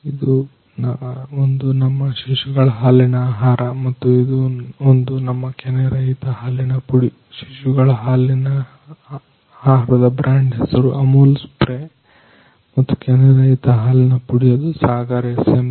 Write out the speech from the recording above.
ಇದು ಒಂದು ನಮ್ಮ ಶಿಶುಗಳ ಹಾಲಿನ ಆಹಾರ ಮತ್ತು ಇದು ಒಂದು ನಮ್ಮ ಕೆನೆರಹಿತ ಹಾಲಿನ ಪುಡಿ ಶಿಶುಗಳ ಹಾಲಿನ ಆಹಾರದ ಬ್ರಾಂಡ್ ಹೆಸರು ಅಮೂಲ್ ಸ್ಪ್ರೇ ಮತ್ತು ಕೆನೆರಹಿತ ಹಾಲಿನ ಪುಡಿಯದು ಸಾಗರ್ SMB